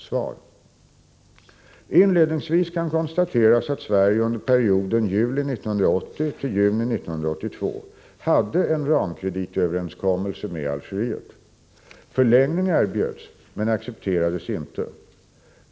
Svar: Inledningsvis kan konstateras att Sverige under perioden juli 1980 — juni 1982 hade en ramkreditöverenskommelse med Algeriet. Förlängning erbjöds men accepterades inte.